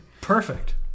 Perfect